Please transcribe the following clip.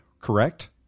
correct